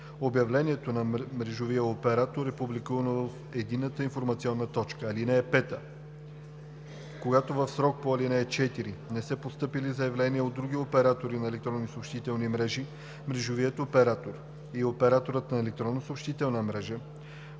обявлението на мрежовия оператор е публикувано в Единната информационна точка. (5) Когато в срока по ал. 4 не са постъпили заявления от други оператори на електронни съобщителни мрежи, мрежовият оператор и операторът на електронна съобщителна мрежа,